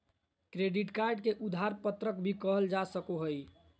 credit card के उधार पत्रक भी कहल जा सको हइ